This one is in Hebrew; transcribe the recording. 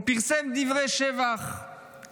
או פרסם דברי שבח,